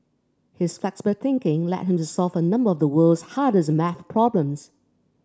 his flexible thinking led him to solve a number of the world's hardest maths problems